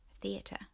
theatre